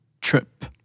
trip